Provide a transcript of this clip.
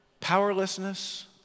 powerlessness